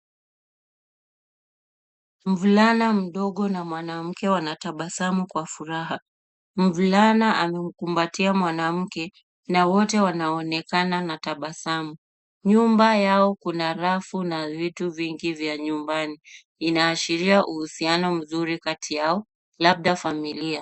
Mvulana mdogo na mwanamke wanatabasamu sana, kijana amemkumbatia mwanamke na wote wanaonekana na tabasamu. Nyumba yao kuna rafu na vitu vingi vya nyumbani, inaashiria uhusiano mzuri kati yao, labda familia.